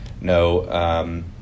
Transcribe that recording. no